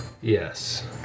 Yes